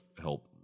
help